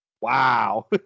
Wow